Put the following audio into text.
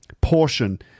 portion